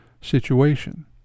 situation